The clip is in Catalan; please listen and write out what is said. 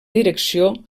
direcció